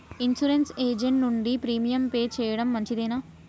Insurance agent నుండి premium pay చేయడం మంచిదేనా?